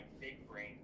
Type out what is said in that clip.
big-brain